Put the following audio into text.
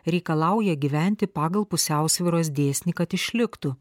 reikalauja gyventi pagal pusiausvyros dėsnį kad išliktų